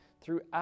throughout